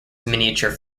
miniature